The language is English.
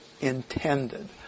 Intended